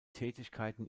tätigkeiten